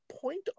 point